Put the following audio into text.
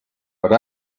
but